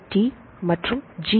D மற்றும் G